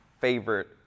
favorite